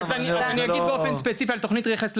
אני אגיד באופן ספציפי על תוכנית רכס לבן,